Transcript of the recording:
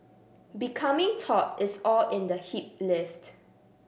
becoming taut is all in the hip lift